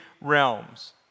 realms